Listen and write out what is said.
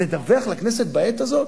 לדווח לכנסת בעת הזאת?